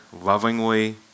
lovingly